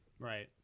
Right